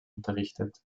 unterrichtet